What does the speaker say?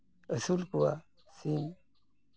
ᱟᱹᱥᱩᱞ ᱠᱚᱣᱟ ᱥᱤᱢ